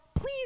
please